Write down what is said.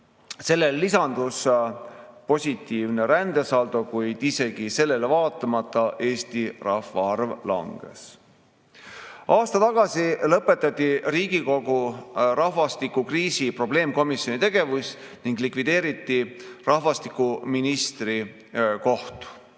Sellele lisandus positiivne rändesaldo, kuid isegi sellele vaatamata Eesti rahvaarv vähenes. Aasta tagasi lõpetati Riigikogu rahvastikukriisi [lahendamise] probleemkomisjoni tegevus ning likvideeriti rahvastikuministri koht.